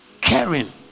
Caring